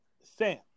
Sam